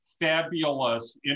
fabulous